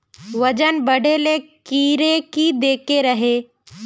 वजन बढे ले कीड़े की देके रहे?